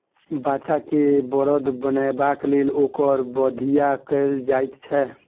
बाछा के बड़द बनयबाक लेल ओकर बधिया कयल जाइत छै